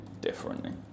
differently